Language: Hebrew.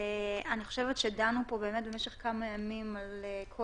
אני חושבת שדנו פה במשך כמה ימים על כל